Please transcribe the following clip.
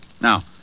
Now